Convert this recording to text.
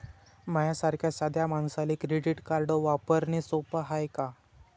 माह्या सारख्या साध्या मानसाले क्रेडिट कार्ड वापरने सोपं हाय का?